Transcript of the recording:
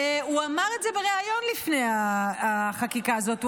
הוא אמר את זה בריאיון לפני החקיקה הזאת.